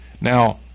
Now